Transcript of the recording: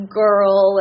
girl